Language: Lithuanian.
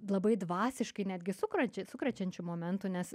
labai dvasiškai netgi sukrečia sukrečiančių momentų nes